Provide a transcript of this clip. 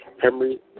Henry